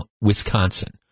Wisconsin